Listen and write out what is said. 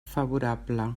favorable